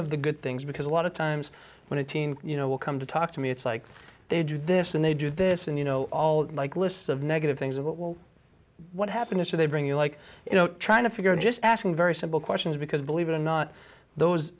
of the good things because a lot of times when a teen you know will come to talk to me it's like they do this and they do this and you know all like lists of negative things about well what happened is they bring you like you know trying to figure out just asking very simple questions because believe it or not those